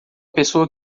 pessoa